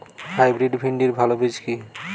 Hybrid ভিন্ডির ভালো বীজ কি?